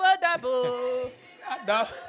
double-double